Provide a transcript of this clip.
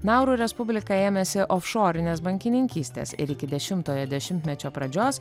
nauru respublika ėmėsi ofšorinės bankininkystės ir iki dešimtojo dešimtmečio pradžios